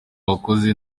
wakoze